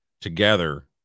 together